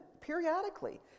periodically